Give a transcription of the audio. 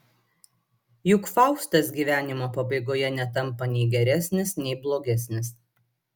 juk faustas gyvenimo pabaigoje netampa nei geresnis nei blogesnis